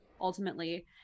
ultimately